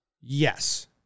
Yes